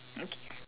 okay